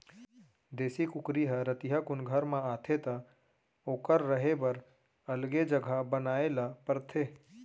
देसी कुकरी ह रतिहा कुन घर म आथे त ओकर रहें बर अलगे जघा बनाए ल परथे